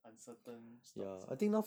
uncertain stocks ah